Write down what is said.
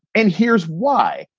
and here's why.